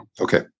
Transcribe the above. Okay